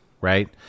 Right